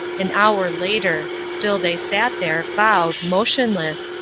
an hour later. still they sat there, bowed, motionless,